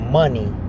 money